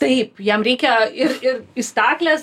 taip jam reikia ir ir į stakles